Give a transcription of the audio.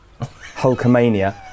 Hulkamania